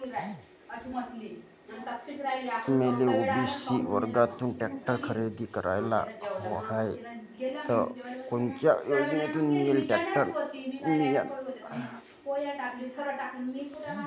मले ओ.बी.सी वर्गातून टॅक्टर खरेदी कराचा हाये त कोनच्या योजनेतून मले टॅक्टर मिळन?